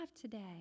today